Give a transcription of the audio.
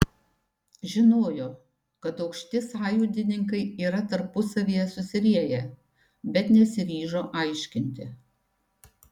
žinojo kad aukšti sąjūdininkai yra tarpusavyje susirieję bet nesiryžo aiškinti